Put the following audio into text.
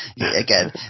again